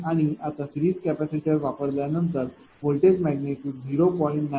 आणि आता series capacitor च्या वापरानंतर व्होल्टेज मैग्निटूड 0